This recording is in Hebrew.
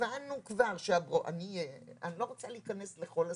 הבנו כבר ש אני לא רוצה להיכנס לכל הסיפור,